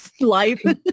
life